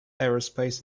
aerospace